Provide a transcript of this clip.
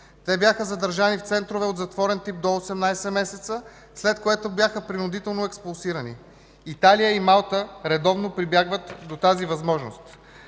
Те бяха задържани в центрове от затворен тип до 18 месеца, след което бяха принудително експулсирани. Италия и Малта редовно прибягват до тази възможност.